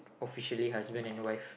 officially husband and wife